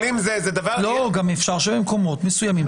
אפשר במקומות מסוימים.